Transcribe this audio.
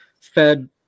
fed